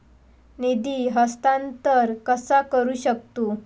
निधी हस्तांतर कसा करू शकतू?